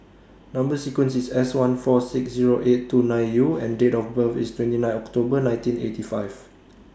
Number sequence IS S one four six Zero eight two nine U and Date of birth IS twenty nine October nineteen eighty five